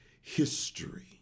history